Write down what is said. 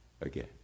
again